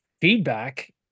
feedback